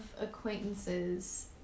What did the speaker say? acquaintances